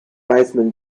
baseman